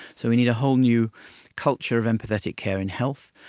so we need a whole new culture of empathetic care in health.